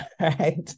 right